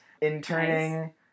interning